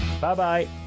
Bye-bye